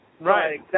right